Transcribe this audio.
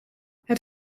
het